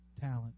talent